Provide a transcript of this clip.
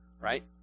right